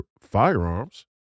firearms